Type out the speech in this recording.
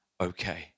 okay